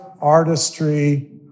artistry